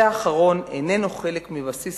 זה האחרון איננו חלק מבסיס